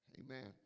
Amen